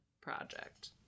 project